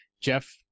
Jeff